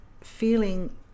feeling